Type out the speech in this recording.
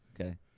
Okay